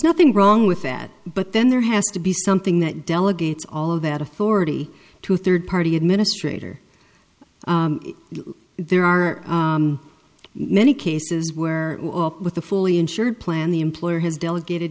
nothing wrong with that but then there has to be something that delegates all of that authority to a third party administrator there are many cases where with the fully insured plan the employer has delegated